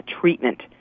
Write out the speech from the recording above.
treatment